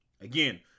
Again